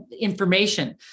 information